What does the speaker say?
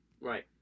Right